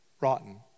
Rotten